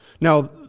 Now